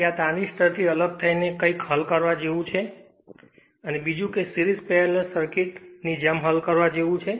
તે આ ટ્રાંઝિસ્ટર થી અલગ થઈને કઈક હલ કરવા જેવુ છે અને બીજું કે સિરીઝ પેરેલલ સર્કિટ ની જેમ હલ કરવા જેવું છે